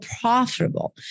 profitable